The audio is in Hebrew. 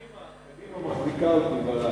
וקדימה מחזיקה אותי,